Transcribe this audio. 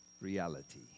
Reality